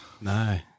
No